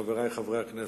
חברי חברי הכנסת,